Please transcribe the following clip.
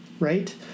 Right